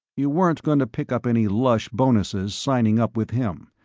you weren't going to pick up any lush bonuses signing up with him,